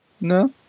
No